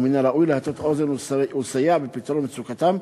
ומן הראוי להטות אוזן ולסייע בפתרון מצוקתם,